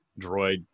droid